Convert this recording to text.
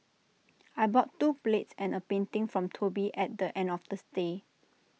I bought two plates and A painting from Toby at the end of the stay